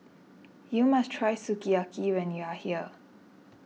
you must try Sukiyaki when you are here